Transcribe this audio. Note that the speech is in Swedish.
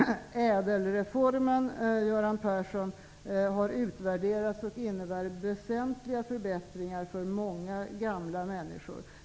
Ädelreformen har, Göran Persson, utvärderats och befunnits innebära väsentliga förbättringar för många gamla människor.